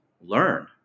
learn